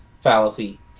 fallacy